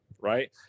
Right